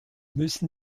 müssen